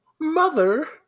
Mother